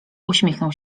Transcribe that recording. uśmiechnął